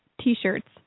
T-shirts